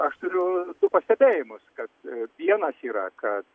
aš turiu pastebėjimus kad vienas yra kad